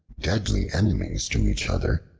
deadly enemies to each other,